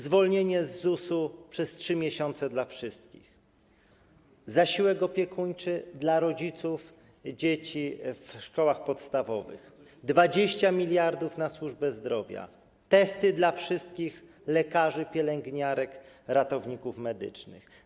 Zwolnienie z ZUS-u przez 3 miesiące dla wszystkich, zasiłek opiekuńczy dla rodziców dzieci uczących się w szkołach podstawowych, 20 mld na służbę zdrowia, testy dla wszystkich lekarzy, pielęgniarek, ratowników medycznych.